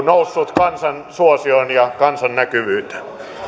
noussut kansan suosioon ja kansan näkyvyyteen